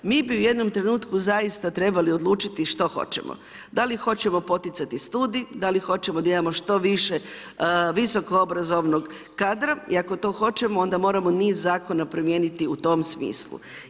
Mi bi u jednom trenutku zaista trebali odlučiti što hoćemo, da li hoćemo poticati studij, da li hoćemo da imamo što više visokoobrazovnog kadra i ako to hoćemo onda moramo niz zakona promijeniti u tom smislu.